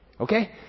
Okay